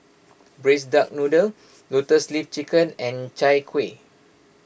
Braised Duck Noodle Lotus Leaf Chicken and Chai Kuih